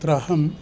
अत्र अहं